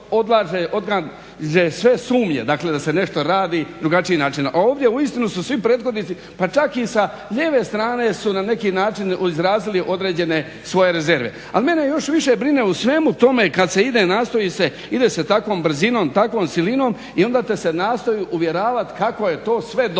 odlaže sve sumnje, dakle da se nešto radi na drugačiji način. A ovdje uistinu su svi prethodnici, pa čak i sa lijeve strane su na neki način izrazili određene svoje rezerve. Ali mene još više brine u svemu tome kad se ide, nastoji se, ide se takvom brzinom, takvom silinom i onda te se nastoji uvjeravati kako je to sve dobro.